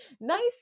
nice